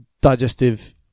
digestive